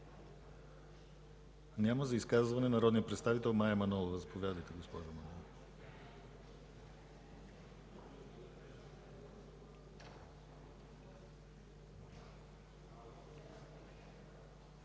Няма. За изказване – народният представител Мая Манолова,